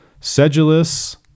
sedulous